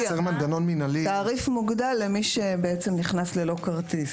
תעריף מוגדל למי שנכנס ללא כרטיס,